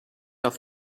auf